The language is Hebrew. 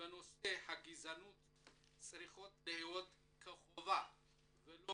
בנושא הגזענות צריכות להיות כחובה ולא